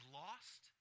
lost